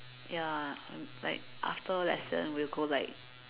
ya like after lesson we'll go like